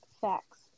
facts